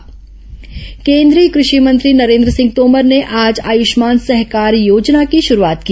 आयुष्मान सहकार योजना केन्द्रीय कृषि मंत्री नरेन्द्र सिंह तोमर ने आज आयुष्मान सहकार योजना की शुरूआत की